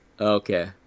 okay